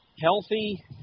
Healthy